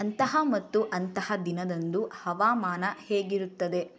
ಅಂತಹ ಮತ್ತು ಅಂತಹ ದಿನದಂದು ಹವಾಮಾನ ಹೇಗಿರುತ್ತದೆ